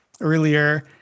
earlier